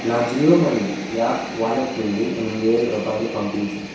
నా Jio money app wallet నుండి ఎనిమిది వేలు రూపాయలు పంపించు